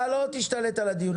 אתה לא תשתלט על הדין.